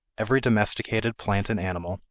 every domesticated plant and animal,